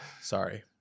Sorry